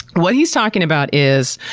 what he's talking about is,